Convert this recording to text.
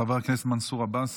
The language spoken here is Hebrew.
חבר הכנסת מנסור עבאס,